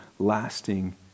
lasting